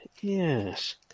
yes